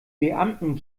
beamten